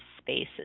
spaces